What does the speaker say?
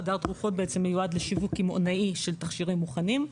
חדר רוקחים מיועד לשימוש קמעונאי של תכשירים מוכנים,